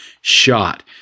shot